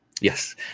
Yes